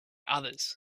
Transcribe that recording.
others